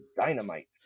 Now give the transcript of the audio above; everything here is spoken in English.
dynamite